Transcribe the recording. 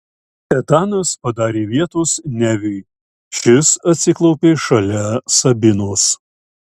etanas padarė vietos neviui šis atsiklaupė šalia sabinos